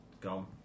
Gone